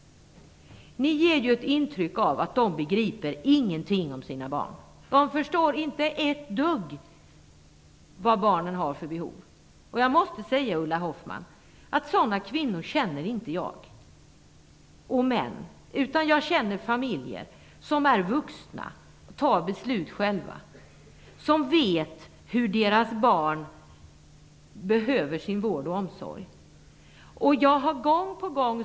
Ni ger ett intryck av att de inte begriper någonting om sina barn. De förstår inte ett dugg om barnens behov. Jag måste säga till Ulla Hoffmann att jag inte känner sådana kvinnor och män, utan jag känner familjer, föräldrar, som är vuxna och fattar beslut själva och som vet vilken vård och omsorg deras barn behöver.